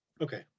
Okay